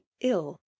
ill